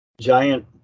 giant